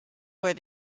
where